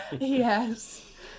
Yes